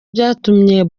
byatumye